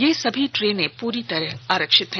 ये सभी ट्रेनें पूरी तरह आरक्षित हैं